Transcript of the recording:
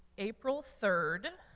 april third,